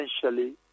essentially